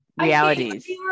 realities